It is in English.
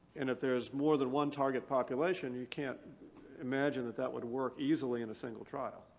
and if there's more than one target population, you can't imagine that that would work easily in a single trial.